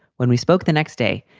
when we spoke the next day,